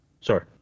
Sorry